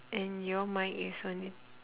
and your mic is onl~